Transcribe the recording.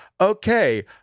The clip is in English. okay